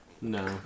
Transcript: No